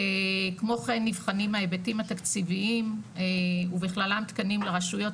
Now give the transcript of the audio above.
כמו כן נבחנים ההיבטים התקציביים ובכללם תקנים לרשויות,